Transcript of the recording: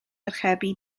archebu